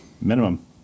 Minimum